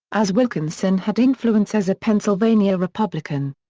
as wilkinson had influence as a pennsylvania republican.